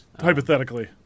Hypothetically